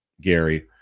Gary